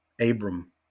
Abram